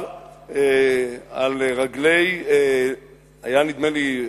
על רגלי, היה, נדמה לי,